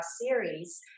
series